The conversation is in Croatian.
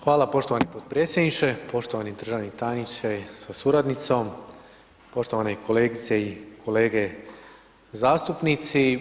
Hvala poštovani potpredsjedniče, poštovani državni tajniče sa suradnicom, poštovane kolegice i kolege zastupnici.